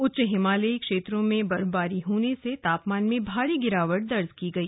उच्च हिमालयी क्षेत्रों में बर्फबारी होने से तापमान में भारी गिरावट दर्ज की गई